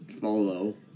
follow